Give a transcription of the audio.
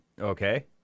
Okay